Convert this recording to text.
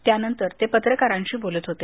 त्यानंतर ते पत्रकारांशी बोलत होते